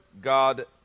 God